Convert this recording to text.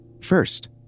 First